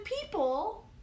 people